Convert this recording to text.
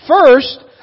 First